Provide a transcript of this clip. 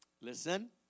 Listen